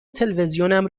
تلویزیونم